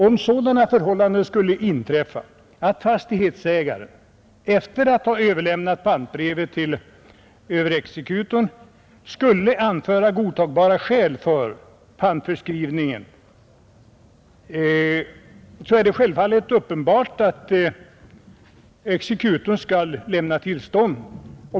Om sådana förhållanden skulle inträffa att fastighetsägaren efter att ha överlämnat pantbrevet till överexekutorn skulle anföra godtagbara skäl för pantförskrivning, så är det självfallet att exekutorn skall lämna tillstånd.